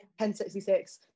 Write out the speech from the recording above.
1066